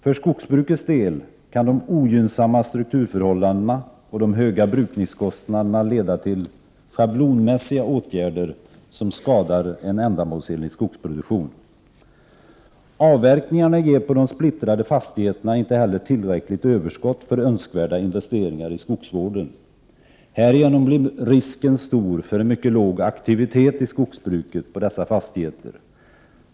——— För skogsbrukets del kan de ogynnsamma strukturförhållandena och de höga brukningskostnaderna leda till schablonmässiga åtgärder som skadar en ändamålsenlig skogsproduktion. Avverkningarna ger på de splittrade fastigheterna inte heller tillräckligt överskott för önskvärda investeringar i skogsvården. Härigenom blir risken stor för en mycket låg aktivitet i skogsbruket på dessa fastigheter.